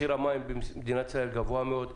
מחיר המים במדינת ישראל גבוה מאוד,